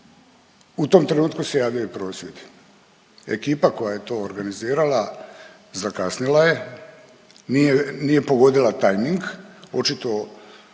u tom trenutku se javio i prosvjed. Ekipa koja je to organizirala zakasnila je nije pogodila tajming očito